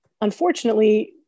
unfortunately